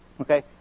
Okay